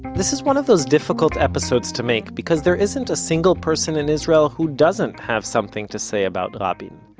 this is one of those difficult episodes to make, because there isn't a single person in israel who doesn't have something to say about rabin,